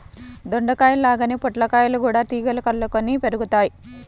దొండకాయల్లాగే పొట్లకాయలు గూడా తీగలకు అల్లుకొని పెరుగుతయ్